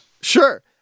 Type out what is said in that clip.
Sure